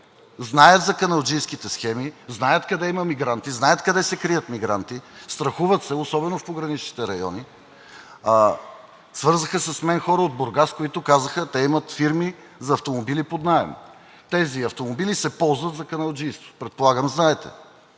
знаят за каналджийските схеми, знаят къде има мигранти, знаят къде се крият мигранти, страхуват се, особено в пограничните райони. С мен се свързаха хора от Бургас. Те имат фирми за автомобили под наем – тези автомобили се ползват за каналджийство, предполагам, знаете